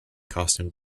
costume